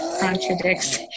contradicts